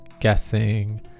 guessing